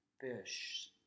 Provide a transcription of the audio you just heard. fish